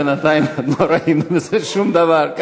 בינתיים לא ראינו מזה שום דבר.